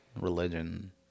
religion